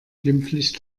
glimpflich